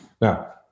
Now